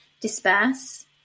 disperse